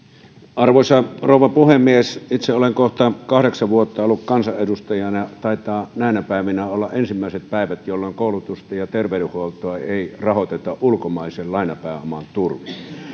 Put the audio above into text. arvoisa rouva puhemies itse olen kohta kahdeksan vuotta ollut kansanedustajana ja taitaa näinä päivinä olla ensimmäiset päivät jolloin koulutusta ja terveydenhuoltoa ei ei rahoiteta ulkomaisen lainapääoman turvin